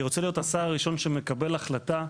אני רוצה להיות השר הראשון שמקבל החלטה,